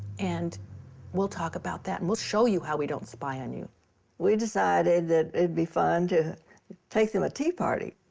and we'll talk about that, and we'll show you how we don't spy on you. marian we decided that it'd be fun to take them a tea party.